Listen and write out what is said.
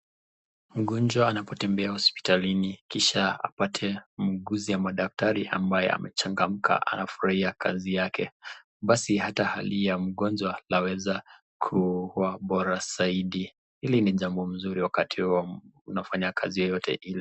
Mgonjwa anapotembea hospitalini, kisha apate muuguzi ama madaktari ambaye amechangamka anafurahia kazi yake, basi hata hali ya mgonjwa laweza kuwa bora zaidi ili ni jambo mzuri wakati unafanya kazi yoyote Ile.